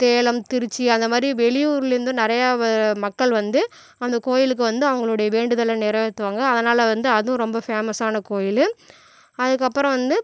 சேலம் திருச்சி அந்தமாதிரி வெளியூர்லேருந்தும் நிறையா மக்கள் வந்து அந்த கோயிலுக்கு வந்து அவங்களுடைய வேண்டுதலை நிறைவேற்றுவாங்க அதனால் வந்து அதுவும் ரொம்ப ஃபேமஸான கோயில் அதுக்கப்புறம் வந்து